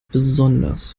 besonders